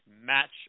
match